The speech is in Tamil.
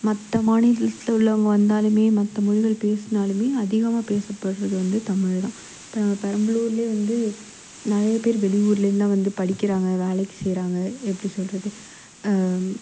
மற்ற மாநிலத்தில் உள்ளவங்க வந்தாலுமே மற்ற மொழிகள் பேசுனாலுமே அதிகமாக பேசப்படுறது வந்து தமிழ் தான் இப்போ நம்ம பெரம்பலூர்லையே வந்து நிறைய பேர் வெளியூர்லையே வந்து நிறைய பேர் வெளியூர்லருந்துலான் வந்து படிக்கிறாங்க வேலைக்கு செய்யறாங்க எப்படி சொல்லுறது